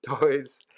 toys